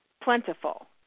plentiful